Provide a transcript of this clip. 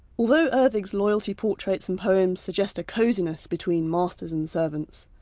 although erddig's loyalty portraits and poems suggest a cosiness between masters and servants,